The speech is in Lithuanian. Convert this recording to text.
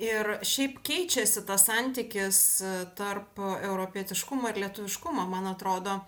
ir šiaip keičiasi tas santykis tarp europietiškumo ir lietuviškumo man atrodo